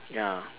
ya